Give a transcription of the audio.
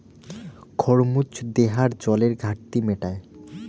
খরমুজ দেহার জলের ঘাটতি মেটায়